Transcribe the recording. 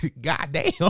goddamn